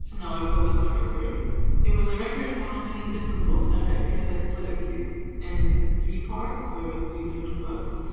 no, i wasn't my record it was a record for how many different books i read because i split it it in three parts so over three different books